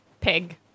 Pig